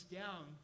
down